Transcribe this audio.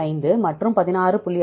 5 மற்றும் 16